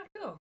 cool